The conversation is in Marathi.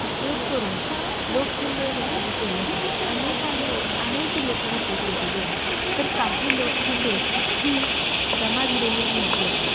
उपयोग करून लोकछंद रचना केले आहेत अनेकांनी अनेक लोकगीते लिहिलेली आहेत तर काही लोकगीते ही जमा झालेली नाही आहेत